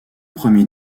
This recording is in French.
premier